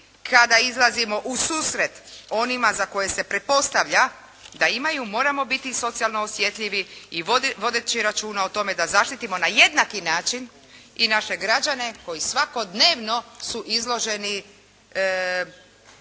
kada izlazimo u susret onima za koje se pretpostavlja da imaju, moramo biti socijalno osjetljivi i vodeći računa o tome da zaštitimo na jednaki način i naše građane koji svakodnevno su izloženi